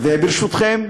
וברשותכם,